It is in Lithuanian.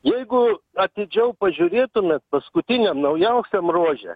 jeigu atidžiau pažiūrėtumėt paskutiniam naujausiam ruože